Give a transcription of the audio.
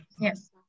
yes